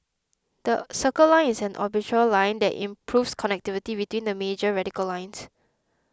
the Circle Line is an orbital line that improves connectivity between the major radial lines